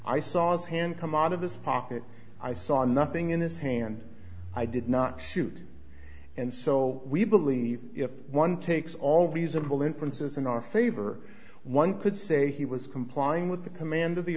i saw its hand come out of his pocket i saw nothing in his hand i did not shoot and so we believe if one takes all reasonable inferences in our favor one could say he was complying with the command of the